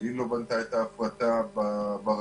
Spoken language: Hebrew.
אלין לא בנתה את ההפרטה ברשות,